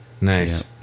Nice